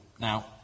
Now